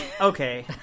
Okay